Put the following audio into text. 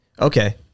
Okay